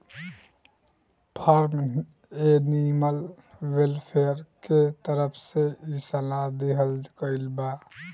form animal welfare के तरफ से इ सलाह दीहल गईल बा